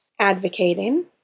advocating